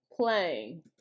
playing